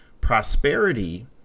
prosperity